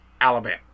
Alabama